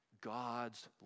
God's